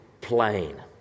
plain